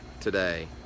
today